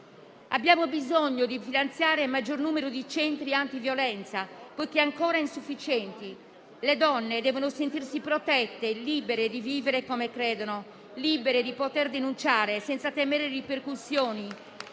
Abbiamo bisogno di finanziare un maggior numero di centri antiviolenza, perché ancora insufficienti. Le donne devono sentirsi protette e libere di vivere come credono, e di denunciare, senza temere ripercussioni